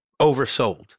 oversold